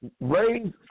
raise